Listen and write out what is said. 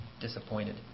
disappointed